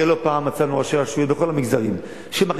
הרי לא פעם אחת מצאנו ראשי רשויות בכל המגזרים שמכניסים